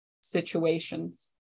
situations